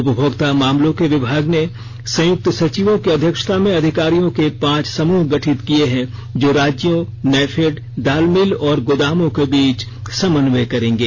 उपभोक्ता मामलों के विभाग ने संयुक्त सचिवों की अध्यक्षता में अधिकारियों के पांच समूह गठित किए हैं जो राज्यों नैफेड दाल मिल और गोदामों के बीच समन्वय करेंगे